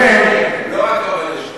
לא רק רבני שכונות,